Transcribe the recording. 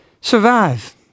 survive